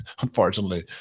unfortunately –